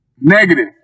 negative